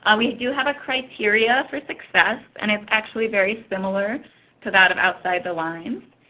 and we do have a criteria for success and it's actually very similar to that of outside the lines.